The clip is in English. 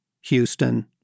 houston